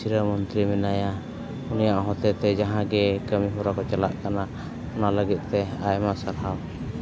ᱥᱤᱨᱟᱹ ᱢᱚᱱᱛᱨᱤ ᱢᱮᱱᱟᱭᱟ ᱩᱱᱤᱭᱟᱜ ᱦᱚᱛᱮ ᱛᱮ ᱡᱟᱦᱟᱸ ᱜᱮ ᱠᱟᱹᱢᱤ ᱦᱚᱨᱟ ᱪᱟᱞᱟᱜ ᱠᱟᱱᱟ ᱚᱱᱟ ᱞᱟᱹᱜᱤᱫ ᱛᱮ ᱟᱭᱢᱟ ᱥᱟᱨᱦᱟᱣ